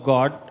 God